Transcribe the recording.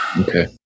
Okay